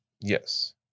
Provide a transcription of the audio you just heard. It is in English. yes